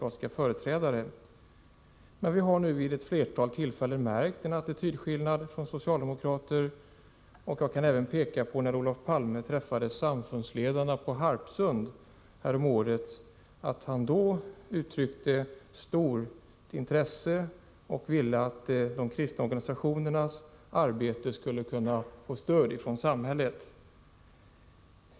Vi har nu vid ett flertal tillfällen märkt en attitydsförändring från socialdemokrater. Jag kan även peka på att Olof Palme när han träffade samfundsledarna på Harpsund häromåret uttryckte stort intresse och ville att kristna organisationers arbete skulle kunna få stöd från samhället.